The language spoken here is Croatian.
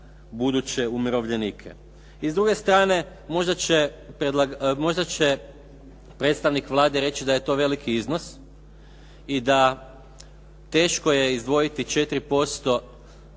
buduće umirovljenike. I s druge strane, možda će predstavnik Vlade reći da je to veliki iznos i da teško je izdvojiti 4%